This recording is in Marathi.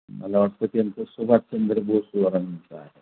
मला वाटतं त्यांचं सुभाषचंद्र बोसांवरचं आहे